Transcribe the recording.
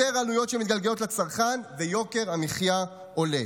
יותר עלויות שמתגלגלות לצרכן, ויוקר המחיה עולה.